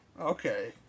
Okay